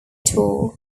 tour